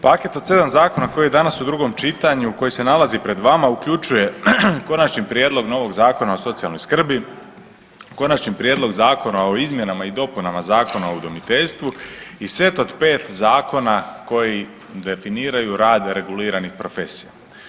Paket od 7 zakona koji je danas u drugom čitanju, koji se nalazi pred vama uključuje konačni prijedlog novog Zakona o socijalnoj skrbi, Konačni prijedlog Zakona o izmjenama i dopunama Zakona o udomiteljstvu i set od 5 zakona koji definiraju rad reguliranih profesija.